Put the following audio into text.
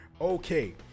Okay